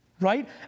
right